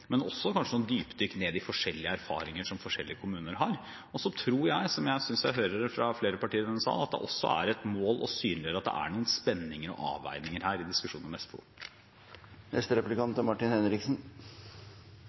dypdykk ned i forskjellige erfaringer som forskjellige kommuner har. Og så tror jeg – som jeg synes jeg hører fra flere partier i denne sal – at det også er et mål å synliggjøre at det er noen spenninger og avveininger her i diskusjonen om